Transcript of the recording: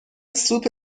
سوپ